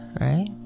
right